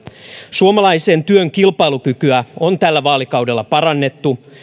suomalaisen työn kilpailukykyä on tällä vaalikaudella parannettu